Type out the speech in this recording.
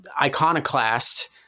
iconoclast